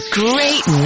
great